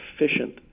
efficient